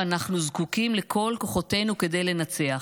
ואנחנו זקוקים לכל כוחותינו כדי לנצח.